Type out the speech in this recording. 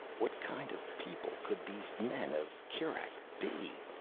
what kind of people could these men of kerak be?